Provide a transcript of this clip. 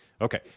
okay